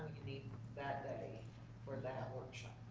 need that day for that workshop?